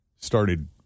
started